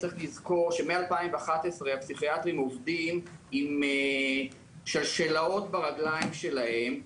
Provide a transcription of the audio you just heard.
צריך לזכור שמ-2011 הפסיכיאטרים עובדים עם שלשלאות ברגליים שלהם,